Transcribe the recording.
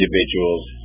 individuals